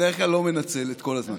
לא, לא, אני בדרך כלל לא מנצל את כל הזמן.